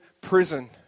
prison